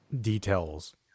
details